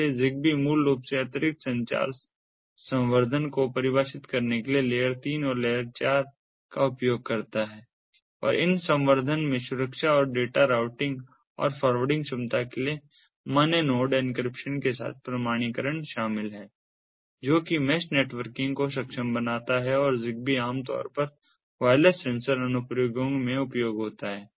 इसलिए ZigBee मूल रूप से अतिरिक्त संचार संवर्द्धन को परिभाषित करने के लिए लेयर 3 और लेयर 4 का उपयोग करता है और इन संवर्द्धन में सुरक्षा और डेटा राउटिंग और फ़ॉरवर्डिंग क्षमता के लिए मान्य नोड एन्क्रिप्शन के साथ प्रमाणीकरण शामिल है जो कि मैश नेटवर्किंग को सक्षम बनाता है और ZigBee आमतौर पर वायरलेस सेंसर अनुप्रयोगों में उपयोग करता है